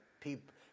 people